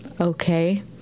okay